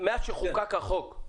מאז שנחקק החוק,